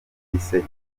yise